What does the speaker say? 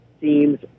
seems